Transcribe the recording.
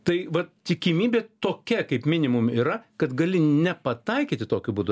tai vat tikimybė tokia kaip minimum yra kad gali nepataikyti tokiu būdu